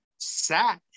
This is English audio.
sat